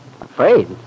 Afraid